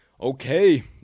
Okay